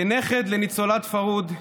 כנכד לניצולת פרהוד,